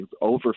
Over